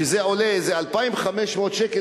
שעולה איזה 2,500 שקל,